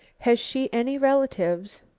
has she any relatives?